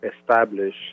establish